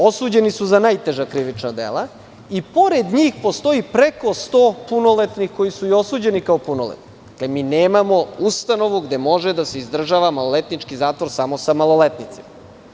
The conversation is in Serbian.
Osuđeni su za najteža krivična dela i pored njih postoji preko sto punoletnih, koji su i osuđeni kao punoletni, jer mi nemamo ustanovu gde može da se izdržava maloletnički zatvor samo sa maloletnicima.